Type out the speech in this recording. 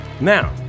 now